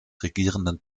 regierenden